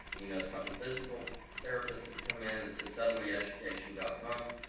you know, something, physical therapists have come in and so suddenly education got bumped.